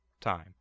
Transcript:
time